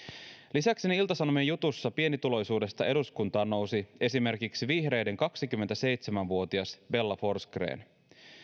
ilta sanomien jutun mukaan pienituloisuudesta eduskuntaan nousi lisäkseni esimerkiksi vihreiden kaksikymmentäseitsemän vuotias bella forsgren